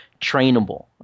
trainable